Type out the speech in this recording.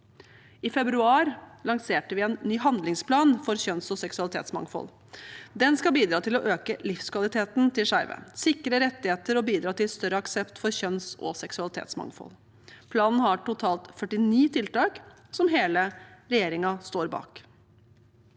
I februar lanserte vi en ny handlingsplan for kjønnsog seksualitetsmangfold. Den skal bidra til å øke livskvaliteten til skeive, sikre rettigheter og bidra til større aksept for kjønns- og seksualitetsmangfold. Planen har totalt 49 tiltak som hele regjeringen står bak.